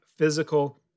physical